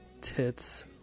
tits